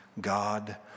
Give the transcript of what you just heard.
God